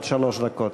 עד שלוש דקות.